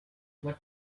what